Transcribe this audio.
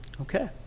Okay